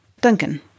Duncan